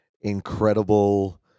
incredible